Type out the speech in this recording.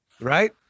right